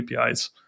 APIs